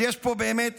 אז יש פה באמת